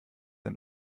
ein